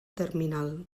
terminal